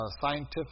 scientific